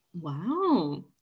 Wow